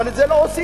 אבל את זה לא עושים.